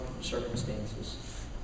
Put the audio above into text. circumstances